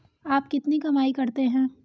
आप कितनी कमाई करते हैं?